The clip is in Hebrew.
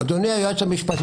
אדוני, היועץ המשפטי